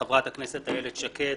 חברת הכנסת איילת שקד